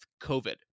COVID